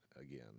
again